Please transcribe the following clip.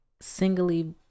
singly